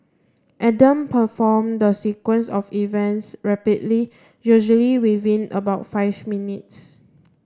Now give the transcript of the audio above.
Adam performed the sequence of events rapidly usually within about five minutes